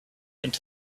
into